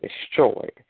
destroyed